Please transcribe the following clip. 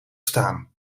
staan